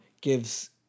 gives